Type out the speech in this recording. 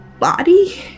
body